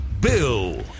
Bill